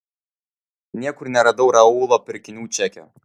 niekur neradau raulo pirkinių čekio